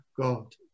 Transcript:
God